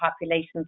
populations